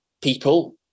people